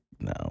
no